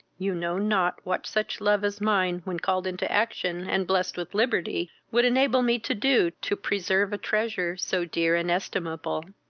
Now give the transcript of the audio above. you know not what such love as mine, when called into action, and blest with liberty, would enable me to do, to preserve a treasure so dear and estimable.